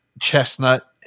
chestnut